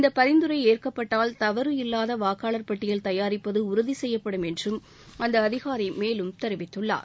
இந்த பரிந்துரை ஏற்கப்பட்டால் தவறு இல்லாத வாக்காளர் பட்டியல் தயாரிப்பது உறுதி செய்யப்படும் என்றும் அந்த அதிகாரி மேலும் தெரிவித்துள்ளார்